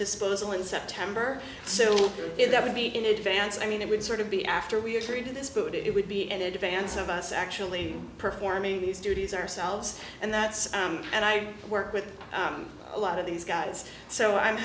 disposal in september so that would be in advance i mean it would sort of be after we're treating this food it would be in advance of us actually performing these duties ourselves and that's and i work with a lot of these guys so i'm